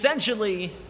essentially